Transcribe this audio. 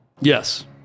Yes